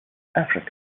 africa